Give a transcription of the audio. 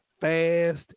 fast